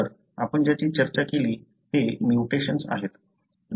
तर आपण ज्याची चर्चा केली ते म्युटेशन्स आहेत